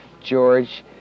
george